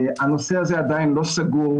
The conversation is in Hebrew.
הנושא הזה עדיין לא סגור,